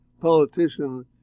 politician